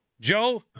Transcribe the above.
Joe